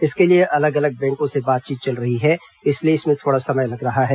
इसके लिए अलग अलग बैंकों से बातचीत चल रही है इसलिए इसमें थोड़ा समय लग रहा है